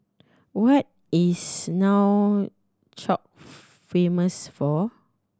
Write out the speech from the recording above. what is Nouakchott famous for